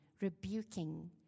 rebuking